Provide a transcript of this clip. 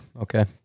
Okay